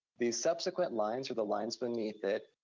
the subsequent lines are the lines beneath it.